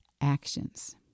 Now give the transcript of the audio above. actions